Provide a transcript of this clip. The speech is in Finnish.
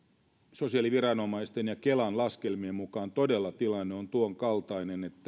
sosiaaliviranomaisten ja kelan laskelmien mukaan tilanne on todella tuon kaltainen että